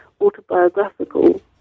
autobiographical